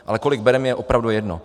Ale kolik bere, mi je opravdu jedno.